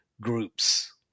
groups